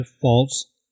false